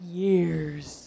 years